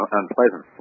unpleasant